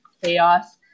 chaos